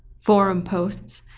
forum posts,